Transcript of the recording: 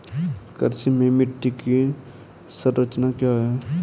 कृषि में मिट्टी की संरचना क्या है?